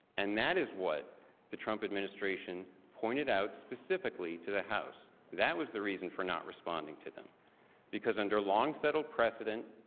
and that is what the trump administration pointed out specifically to the house. that was the reason not responding to them because under long federal precedent,